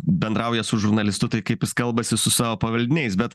bendrauja su žurnalistu tai kaip jis kalbasi su savo pavaldiniais bet